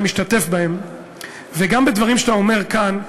משתתף בהם וגם בדברים שאתה אומר כאן,